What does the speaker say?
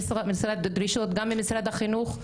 דרישות גם למשרד החינוך,